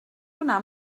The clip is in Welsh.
hwnna